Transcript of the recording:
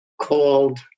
called